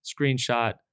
screenshot